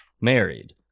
married